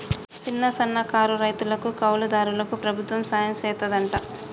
సిన్న, సన్నకారు రైతులకు, కౌలు దారులకు ప్రభుత్వం సహాయం సెత్తాదంట